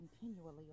continually